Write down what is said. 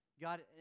God